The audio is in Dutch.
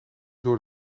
door